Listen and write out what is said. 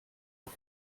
auf